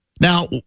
Now